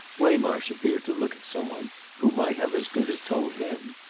waymarsh appeared to look at some one who might have as good as told him.